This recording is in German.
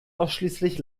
ausschließlich